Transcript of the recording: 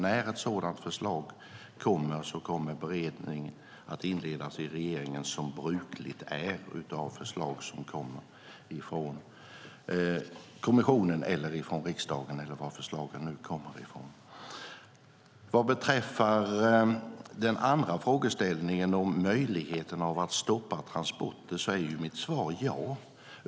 När ett sådant förslag kommer på bordet kommer beredning att inledas i regeringen, som brukligt är när det gäller förslag som kommer från kommissionen eller från riksdagen, eller varifrån förslagen nu kommer. Vad beträffar den andra frågeställningen, om möjligheten att stoppa transporter, är mitt svar ja.